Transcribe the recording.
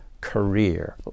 career